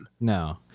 No